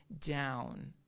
down